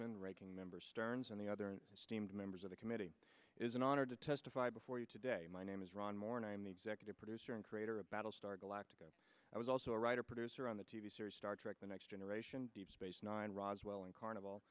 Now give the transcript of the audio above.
waxman ranking member stearns and the other team members of the committee is an honor to testify before you today my name is ron moore and i'm the executive producer and creator of battlestar galactica i was also a writer producer on the t v series star trek the next generation deep space nine roswell and carnival